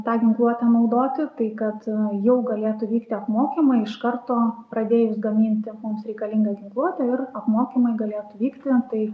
tą ginkluotę naudoti tai kad jau galėtų vykti apmokymai iš karto pradėjus gaminti mums reikalingą ginkluotę ir apmokymai galėtų vykti tai